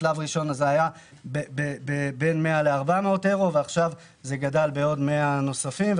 בשלב הראשון זה היה בין 100 ל-400 אירו ועכשיו זה גדל בעוד 100 נוספים,